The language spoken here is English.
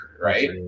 right